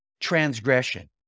transgression